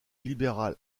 libéral